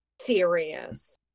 serious